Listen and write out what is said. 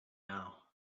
now